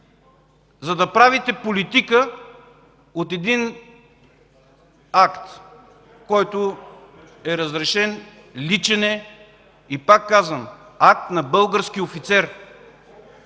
за да правите политика от един акт, който е разрешен, личен е и пак казвам, акт на български офицер?